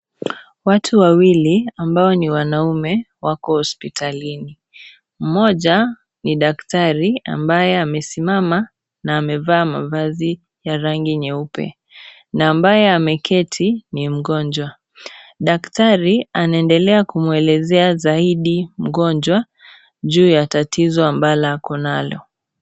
Watu wawili ambao ni wanaume wako hospitalini. Mmoja ni daktari ambaye amesimama na amevaa mavazi ya rangi nyeupe. Na ambaye ameketi ni mgonjwa. Daktari anaendelea kumuelezea zaidi mgonjwa juu ya tatizo ambalo ako nalo.